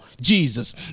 Jesus